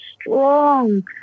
strong